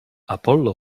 apollo